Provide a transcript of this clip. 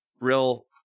real